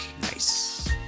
Nice